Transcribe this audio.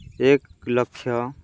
ଏକ ଲକ୍ଷ